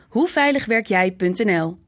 HoeveiligwerkJij.nl